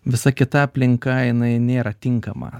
visa kita aplink jinai nėra tinkama